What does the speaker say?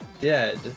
dead